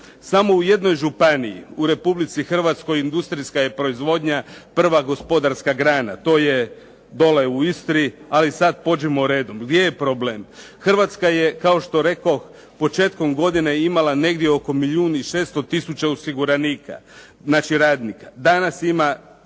Samo u jednoj županiji u Republici Hrvatskoj industrijska je proizvodnja prva gospodarska grana, to je dole u Istri. Ali sad pođimo redom. Gdje je problem? Hrvatska je kao što rekoh početkom godine imala negdje oko milijun i 600 tisuća osiguranika, znači radnika. Danas ima